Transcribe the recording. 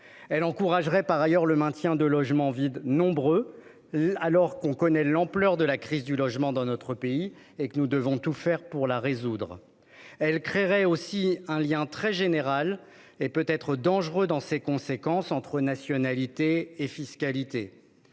Elle encouragerait par ailleurs le maintien de nombreux logements vides, alors que l'on connaît l'ampleur de la crise du logement dans notre pays et que nous devons tout faire pour la résoudre. Elle créerait aussi un lien très général, et peut-être dangereux dans ses conséquences, entre nationalité et fiscalité.